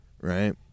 right